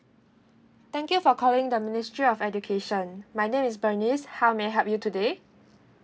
thank you for calling the ministry of education my name is bernice how may I help you today